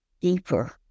deeper